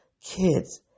kids